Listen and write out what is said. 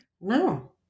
no